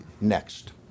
next